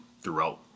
throughout